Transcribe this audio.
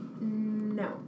No